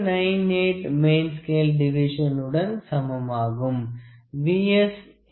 98 main டியூஷனுக்கு சமமாகும் V